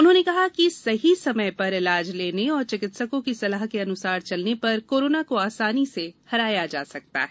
उन्होंने कहा कि पर सही समय पर इलाज लेने और चिकित्सकों की सलाह के अनुसार चलने पर कोरोना को आसानी से हराया जा सकता है